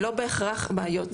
זה לא בהכרח בעיות,